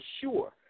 sure